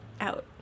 out